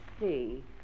see